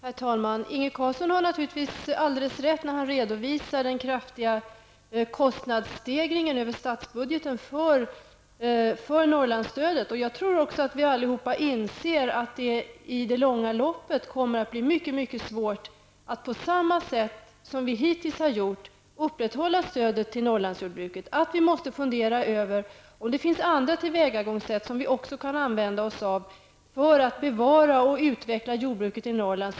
Herr talman! Inge Carlsson har naturligtvis alldeles rätt när han redovisar den kraftiga kostnadsstegringen över statsbudgeten för Norrlandsstödet. Jag tror också att vi alla inser att det i det långa loppet kommer att bli mycket svårt att på samma sätt som vi hittills har gjort upprätthålla stödet till Norrlandsjordbruket och att vi måste fundera över om det finns andra tillvägagångssätt som vi också kan användas oss av för att bevara och utveckla jordbruket i Norrland.